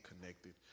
connected